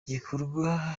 igikorwa